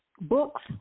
books